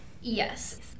Yes